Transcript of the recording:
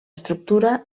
estructura